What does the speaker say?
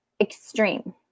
extreme